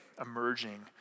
emerging